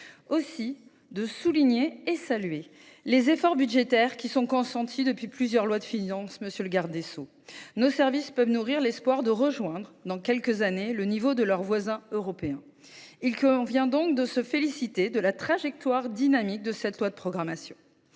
donc de souligner et de saluer les efforts budgétaires qui sont consentis depuis plusieurs lois de finances, monsieur le garde des sceaux. Nos services peuvent nourrir l’espoir de rejoindre dans quelques années le niveau de leurs voisins européens. Je me félicite de la trajectoire dynamique de cette loi de programmation.